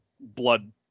blood